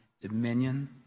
dominion